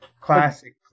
Classic